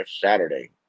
Saturday